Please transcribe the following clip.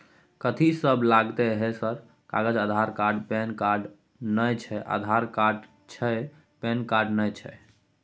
कथि सब लगतै है सर कागज आधार कार्ड पैन कार्ड नए छै आधार कार्ड छै पैन कार्ड ना छै?